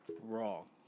Wrong